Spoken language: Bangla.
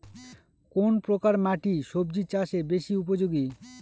কোন প্রকার মাটি সবজি চাষে বেশি উপযোগী?